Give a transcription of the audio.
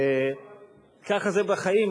ככה זה בחיים.